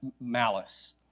malice